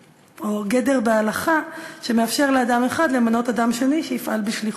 גדר בהלכה שמאפשר לאדם אחד למנות אדם שני שיפעל בשליחותו.